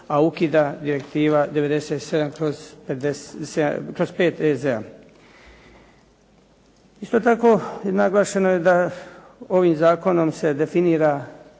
a ukida Direktiva 97/5 EZ-a. Isto tako, naglašeno je da ovim zakonom se definira